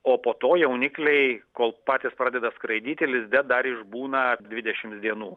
o po to jaunikliai kol patys pradeda skraidyti lizde dar išbūna dvidešims dienų